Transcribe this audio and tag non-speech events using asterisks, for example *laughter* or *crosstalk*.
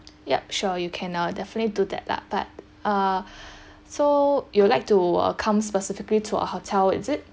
yup sure you can uh definitely do that lah but uh *breath* so you'd like to come specifically to our hotel is it